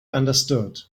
understood